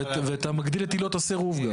ואתה מגדיל את עילות הסירוב, גם.